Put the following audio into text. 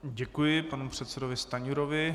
Děkuji panu předsedovi Stanjurovi.